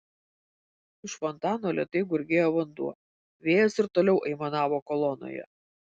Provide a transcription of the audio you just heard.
iš fontano lėtai gurgėjo vanduo vėjas ir toliau aimanavo kolonoje